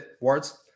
words